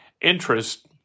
interest